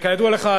כידוע לך,